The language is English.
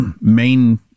main